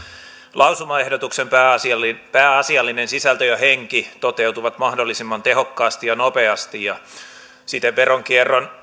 lausumaehdotuksen pääasiallinen pääasiallinen sisältö ja henki toteutuvat mahdollisimman tehokkaasti ja nopeasti siten veronkierron